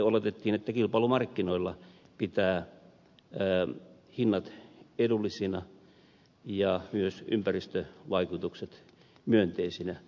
oletettiin että kilpailu markkinoilla pitää hinnat edullisina ja myös ympäristövaikutukset myönteisinä